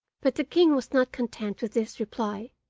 but the king was not content with this reply,